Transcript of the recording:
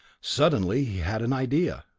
suddenly he had an idea.